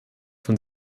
von